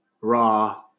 raw